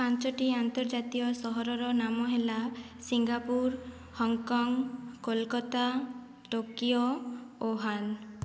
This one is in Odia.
ପାଞ୍ଚଟି ଆନ୍ତର୍ଜାତୀୟ ସହରର ନାମ ହେଲା ସିଙ୍ଗାପୁର ହଂକଂ କୋଲକତା ଟୋକିଓ ଓହାନ